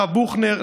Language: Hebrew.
הרב בוכנר,